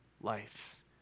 life